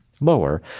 lower